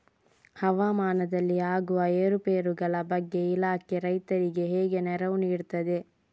ಹವಾಮಾನದಲ್ಲಿ ಆಗುವ ಏರುಪೇರುಗಳ ಬಗ್ಗೆ ಇಲಾಖೆ ರೈತರಿಗೆ ಹೇಗೆ ನೆರವು ನೀಡ್ತದೆ?